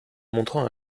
montrant